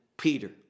Peter